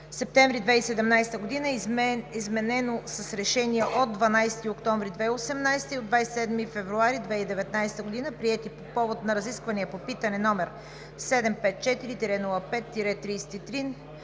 септември 2017 г., изменено с Решение от 12 октомври 2018 г. и от 27 февруари 2019 г., приети по повод на разисквания по питане № 754-05-33